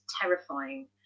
terrifying